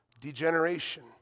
degeneration